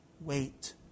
Wait